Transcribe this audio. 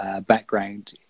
background